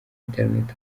internet